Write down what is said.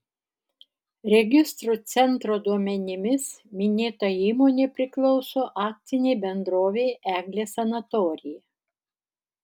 registrų centro duomenimis minėta įmonė priklauso akcinei bendrovei eglės sanatorija